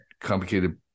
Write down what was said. complicated